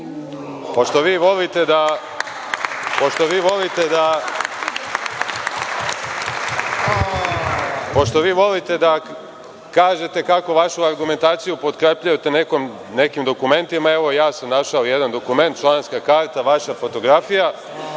Pošto vi volite da kažete kako vašu argumentaciju potkrepljujete nekim dokumentima, evo ja sam našao jedan dokument, članska karta, vaša fotografija